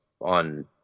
on